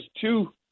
two